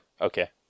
Okay